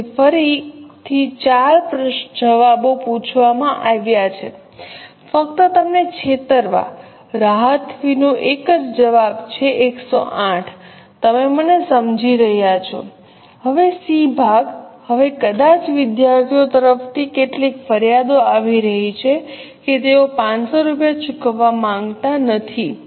તેથી ફરીથી ચાર જવાબો પૂછવામાં આવ્યા છે ફક્ત તમને છેતરવા રાહત ફીનો એક જ જવાબ છે કે 108 છે તમે મને સમજી રહ્યા છો હવે સી ભાગ હવે કદાચ વિદ્યાર્થીઓ તરફથી કેટલીક ફરિયાદો આવી રહી છે કે તેઓ 500 રૂપિયા ચૂકવવા માંગતા નથી